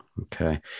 Okay